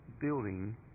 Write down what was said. building